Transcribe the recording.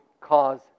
cause